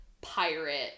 pirate